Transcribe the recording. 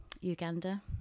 Uganda